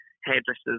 hairdressers